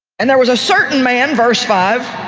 and there was a certain man, verse five,